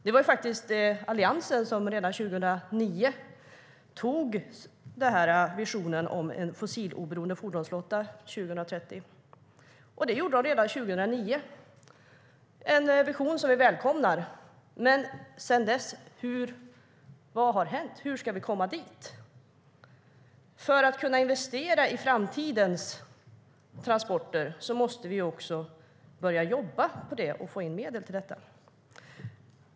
Det var faktiskt Alliansen som antog visionen om en fossiloberoende fordonsflotta 2030, och det skedde redan 2009. Det är en vision som vi välkomnar, men vad har hänt sedan dess? Hur ska vi komma dit? För att kunna investera i framtidens transporter måste vi också börja jobba på det och få in medel till detta.